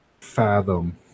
fathom